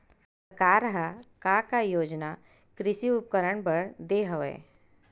सरकार ह का का योजना कृषि उपकरण बर दे हवय?